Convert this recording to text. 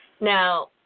Now